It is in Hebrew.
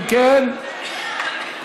אם כן,